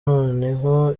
noneho